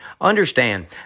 Understand